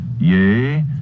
Yea